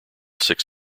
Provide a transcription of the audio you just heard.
six